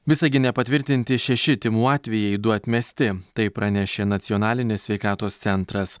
visagine patvirtinti šeši tymų atvejai du atmesti tai pranešė nacionalinis sveikatos centras